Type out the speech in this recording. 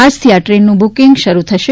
આજથી આ દ્રેનનું બુકિંગ શરૂ થશે